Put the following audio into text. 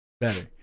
Better